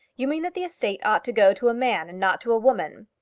you mean that the estate ought to go to a man and not to a woman?